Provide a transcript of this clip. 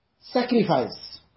sacrifice